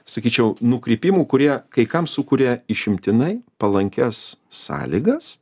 sakyčiau nukrypimų kurie kai kam sukuria išimtinai palankias sąlygas